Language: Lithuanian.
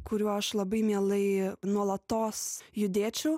kurių aš labai mielai nuolatos judėčiau